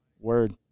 Word